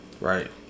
Right